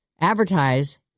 Advertise